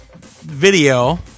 video